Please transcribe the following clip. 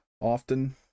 often